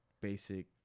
basic